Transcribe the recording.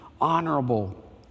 honorable